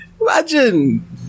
imagine